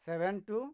seven two